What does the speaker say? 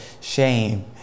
shame